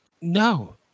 No